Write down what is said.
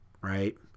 right